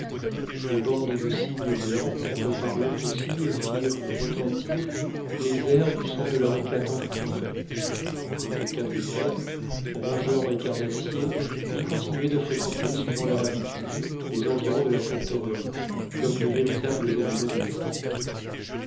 des bandes de cygnes blancs reparurent aussi et firent retentir les airs du son de leur éclatante trompette quant aux quadrupèdes rongeurs et carnassiers ils continuaient de fréquenter suivant leur habitude les environs de la factorerie comme de véritables animaux domestiques